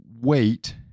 wait